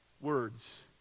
words